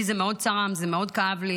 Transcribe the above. לי זה מאוד צרם, מאוד כאב לי,